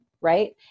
Right